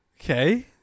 Okay